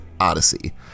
Odyssey